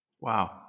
Wow